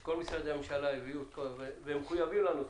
שכל משרדי הממשלה יביאו, הם מחויבים לנושא.